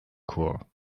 chor